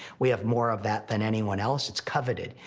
we have more of that than anyone else. it's coveted.